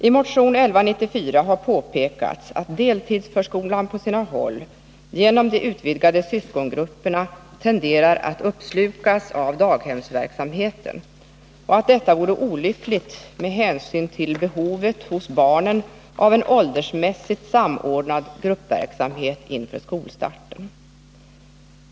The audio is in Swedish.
I motion 1979/80:1194 påpekas att deltidsförskolan på sina håll, genom de utvidgade syskongrupperna, tenderar att uppslukas av daghemsverksamheten och att detta vore olyckligt med hänsyn till behovet hos barnen av en åldersmässigt samordnad gruppverksamhet inför skolstarten.